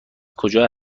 کجا